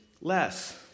less